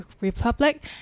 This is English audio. Republic